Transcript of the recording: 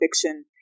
fiction